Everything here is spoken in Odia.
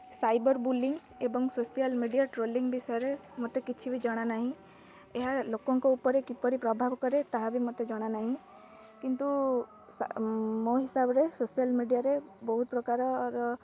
ସାଇବର୍ ବୁଲିଙ୍ଗ୍ ଏବଂ ସୋସିଆଲ୍ ମିଡ଼ିଆ ଟ୍ରୋଲିଙ୍ଗ୍ ବିଷୟରେ ମତେ କିଛି ବି ଜଣା ନାହିଁ ଏହା ଲୋକଙ୍କ ଉପରେ କିପରି ପ୍ରଭାବ କରେ ତାହା ବି ମତେ ଜଣାନାହିଁ କିନ୍ତୁ ମୋ ହିସାବରେ ସୋସିଆଲ୍ ମିଡ଼ିଆରେ ବହୁତ ପ୍ରକାରର